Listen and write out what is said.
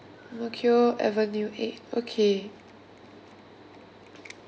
lucio avenue eight okay